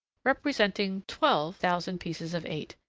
representing twelve thousand pieces of eight,